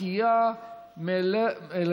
תקופת לידה והורות לבן זוג של עובדת שילדה יותר מילד אחד)